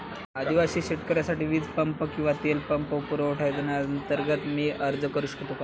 आदिवासी शेतकऱ्यांसाठीच्या वीज पंप किंवा तेल पंप पुरवठा योजनेअंतर्गत मी अर्ज करू शकतो का?